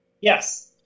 Yes